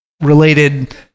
related